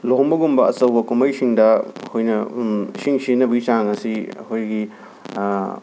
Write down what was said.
ꯂꯨꯍꯣꯡꯕꯒꯨꯝꯕ ꯑꯆꯧꯕ ꯀꯨꯝꯍꯩꯁꯤꯡꯗ ꯑꯩꯈꯣꯏꯅ ꯏꯁꯤꯡ ꯁꯤꯖꯤꯟꯅꯕꯒꯤ ꯆꯥꯡ ꯑꯁꯤ ꯑꯩꯈꯣꯏꯒꯤ